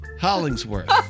Hollingsworth